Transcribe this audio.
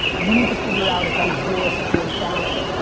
you need to figure out if you're zero for forty thousand.